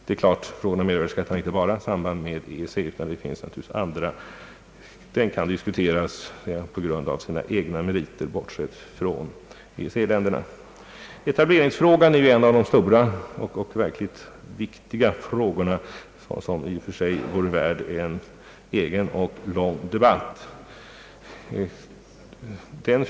Det är klart att frågan om mervärdeskatt inte bara har samband med EEC, utan den kan diskuteras även på grund av sina egna meriter. Etableringsfrågan är en av de stora och verkligt viktiga frågor som det i och för sig vore värt att föra en egen och lång debatt om.